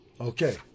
Okay